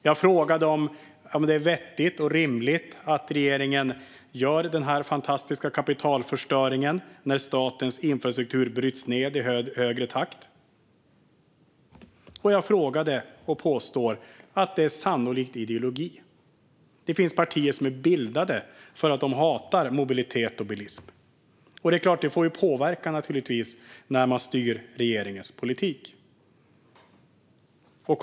Jag frågade om det är vettigt och rimligt att regeringen ägnar sig åt den fantastiska kapitalförstöringen när statens infrastruktur bryts ned i högre takt. Jag påstår att det sannolikt är fråga om ideologi. Det finns partier som bildats därför att de hatar mobilitet och bilism, och det påverkar naturligtvis när de styr regeringens politik. Fru talman!